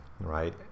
right